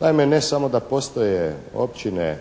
Naime, ne samo da postoje općine